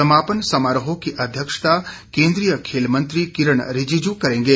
समापन समारोह की अध्यक्षता केन्द्रीय खेल मंत्री किरण रिजीजू करेंगे